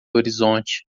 horizonte